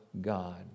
God